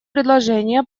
предложение